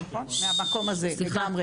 נכון, מהמקום הזה, לגמרי